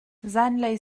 zaanlei